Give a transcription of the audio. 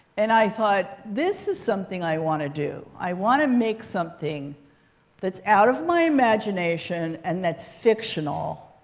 and i thought, this is something i want to do. i want to make something that's out of my imagination and that's fictional,